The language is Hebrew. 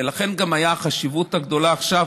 לכן גם הייתה החשיבות הגדולה עכשיו,